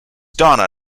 donna